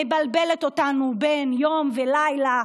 מבלבלת אותנו בין יום ולילה,